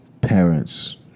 parents